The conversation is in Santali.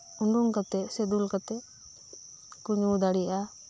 ᱳᱰᱳᱝ ᱠᱟᱛᱮᱫ ᱥᱮ ᱫᱩᱞ ᱠᱟᱛᱮᱫ ᱠᱚ ᱧᱩ ᱫᱟᱲᱮᱭᱟᱜᱼᱟ